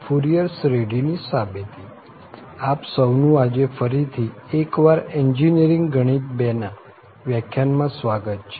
Fourier શ્રેઢીની derivative સાબિતી આપ સૌનું આજે ફરી થી એક વાર એન્જિનિયરિંગ ગણિત II ના વ્યાખ્યાનમાં સ્વાગત છે